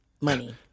money